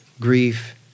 grief